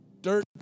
dirt